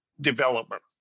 development